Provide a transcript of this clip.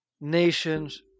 nations